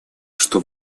что